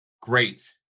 great